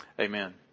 Amen